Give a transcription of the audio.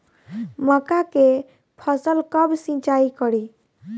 मका के फ़सल कब सिंचाई करी?